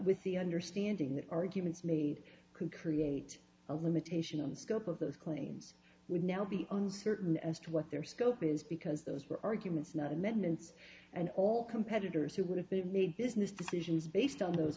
with the understanding that arguments made could create a limitation on the scope of those claims would now be uncertain as to what their scope is because those were arguments not amendments and all competitors who would have made business decisions based on those